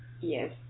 Yes